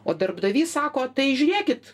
o darbdavys sako tai žiūrėkit